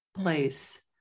place